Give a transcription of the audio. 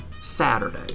Saturday